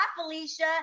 Felicia